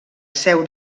seu